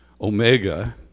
Omega